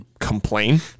complain